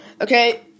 Okay